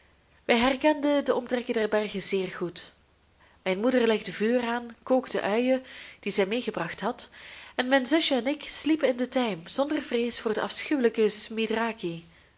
wij herkenden de omtrekken der bergen zeer goed mijn moeder legde vuur aan kookte uien die zij meegebracht had en mijn zusje en ik sliepen in den tijm zonder vrees voor den afschuwelijken